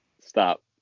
Stop